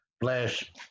Flash